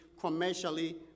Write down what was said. commercially